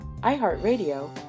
iHeartRadio